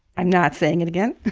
i'm not saying it again.